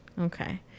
okay